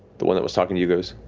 the one that was talking to you goes,